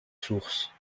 sources